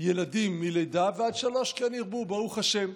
ילדים מלידה ועד שלוש, כן ירבו, ברוך השם.